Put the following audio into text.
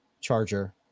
charger